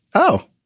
oh,